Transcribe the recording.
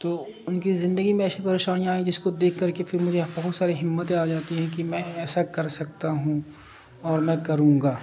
تو ان کی زندگی میں ایسی پریشانیاںئ ہیں جس کو دیکھ کر کے پھر مجھے بہت ساری ہمتیں آ جاتی ہیں کہ میں ایسا کر سکتا ہوں اور میں کروں گا